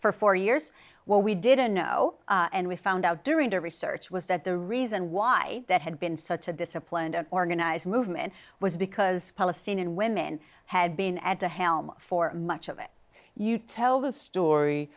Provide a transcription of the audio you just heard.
for four years where we didn't know and we found out during the research was that the reason why that had been such a disciplined organized movement was because palestinian women had been at the helm for much of it you tell the story